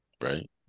Right